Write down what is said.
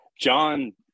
John